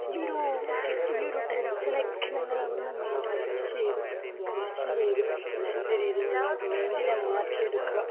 ഈ ഒരു സെക്യൂ ഈ ഒരു ടെൻഷനെ ഒക്കെ ഞങ്ങൾ അവിടുന്ന് മൈൻഡ് ഫ്രഷ് ചെയ്ത് വാഷ് ചെയ്ത് നല്ല രീതിയിൽ ഞങ്ങൾ മൈൻഡിനെ മാറ്റി എടുക്കുക